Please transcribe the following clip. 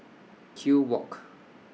Kew Walk